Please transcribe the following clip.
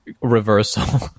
reversal